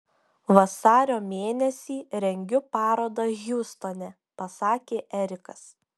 vasario mėnesį rengiu parodą hjustone pasakė erikas